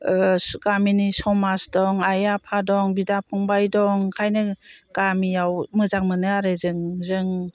गामिनि समाज दं आइ आफा दं बिदा फंबाइ दं ओंखायनो गामियाव मोजां मोनो आरो जों जों